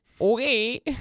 Okay